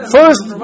First